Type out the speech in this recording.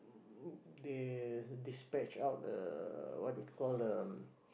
mm they dispatched out uh what you call the